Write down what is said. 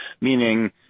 Meaning